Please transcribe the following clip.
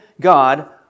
God